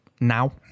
now